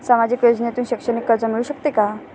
सामाजिक योजनेतून शैक्षणिक कर्ज मिळू शकते का?